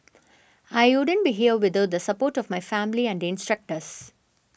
I wouldn't be here without the support of my family and instructors